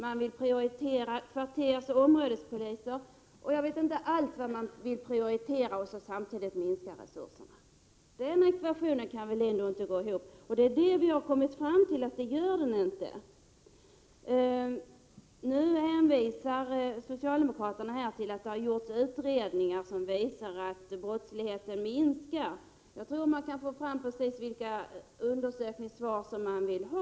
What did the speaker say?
De vill prioritera kvartersoch områdespoliser och mycket annat och samtidigt minska resurserna. Den ekvationen går väl ändå inte ihop? Vi har kommit fram till att ekvationen inte går ihop. Socialdemokraterna hänvisar till att utredningar har gjorts som visar att brottsligheten minskar. Jag tror att man kan få fram vilka undersökningssvar som helst som man önskar.